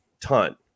ton